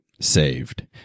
saved